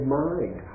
mind